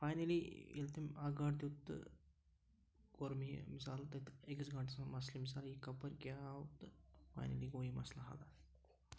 finally ییٚلہِ تٔمۍ اکھ گٲنٛٹہٕ دیُت تہٕ کوٚر مےٚ یہِ مِثال تَتہِ أکِس گٲنٛٹَس منٛز مَسلہٕ مثال یہِ کَپٲرۍ کیٛاہ آو تہٕ فاینٔلی گوٚو یہِ مسلہٕ حل